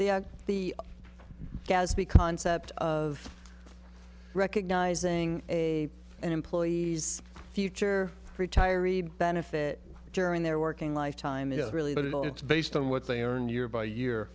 they are the gaspe concept of recognizing a an employee's future retiree benefit during their working lifetime is really that all it's based on what they earn year by year